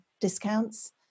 discounts